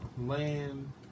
land